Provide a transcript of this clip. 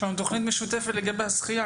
יש לנו תוכנית משותפת לגבי השחייה?